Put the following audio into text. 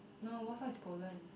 no Warsaw is Poland